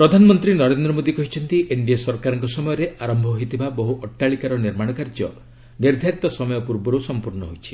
ପ୍ରଧାନମନ୍ତ୍ରୀ ନରେନ୍ଦ୍ର ମୋଦି କହିଛନ୍ତି ଏନ୍ଡିଏ ସରକାରଙ୍କ ସମୟରେ ଆରନ୍ତ ହୋଇଥିବା ବହୁ ଅଟ୍ଟାଳିକାର ନିର୍ମାଣ କାର୍ଯ୍ୟ ନିର୍ଦ୍ଧାରିତ ସମୟ ପୂର୍ବରୁ ସମ୍ପୂର୍ଣ୍ଣ ହୋଇଛି